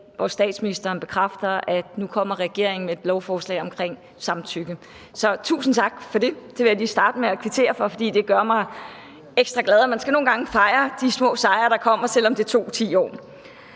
hvor statsministeren bekræfter, at nu kommer regeringen med et lovforslag om samtykke. Så tusind tak for det. Det vil jeg lige starte med at kvittere for, for det gør mig ekstra glad, og man skal nogle gange fejre de små sejre, der kommer, også selv om det har taget 10 år.